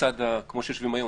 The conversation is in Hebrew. כמו שיושבים היום,